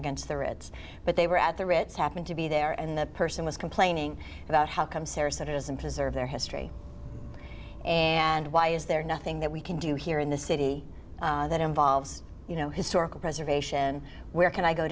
reds but they were at the ritz happened to be there and the person was complaining about how come sarah citizen preserve their history and why is there nothing that we can do here in this city that involves you know historical preservation where can i go